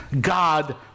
God